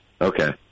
Okay